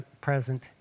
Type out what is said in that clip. ...present